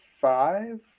five